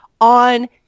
on